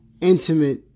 intimate